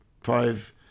five